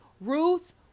Ruth